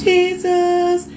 Jesus